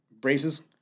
braces